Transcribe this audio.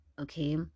Okay